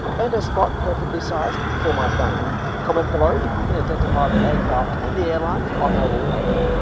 and a spot perfectly sized for my phone comment below if you can identify the aircraft and the airline on my wallpaper